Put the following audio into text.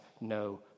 no